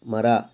ಮರ